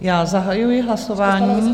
Já zahajuji hlasování...